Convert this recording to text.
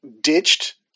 ditched